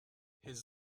his